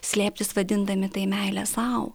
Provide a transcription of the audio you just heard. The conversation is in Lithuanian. slėptis vadindami tai meile sau